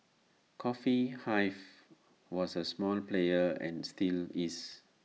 coffee hive was A small player and still is